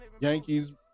Yankees